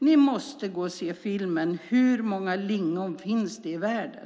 Ni måste gå och se filmen Hur många lingon finns det i världen?